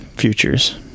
futures